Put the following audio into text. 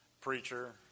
preacher